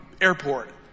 airport